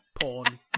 porn